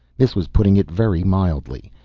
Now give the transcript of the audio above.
this was putting it very mildly.